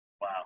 Wow